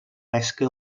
pesca